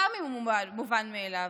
גם אם הוא מובן מאליו,